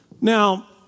Now